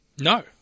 No